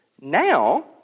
Now